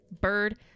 bird